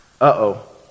uh-oh